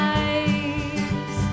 eyes